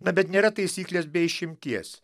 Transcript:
na bet nėra taisyklės be išimties